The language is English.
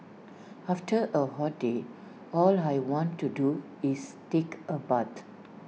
after A hot day all I want to do is take A bath